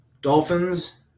Dolphins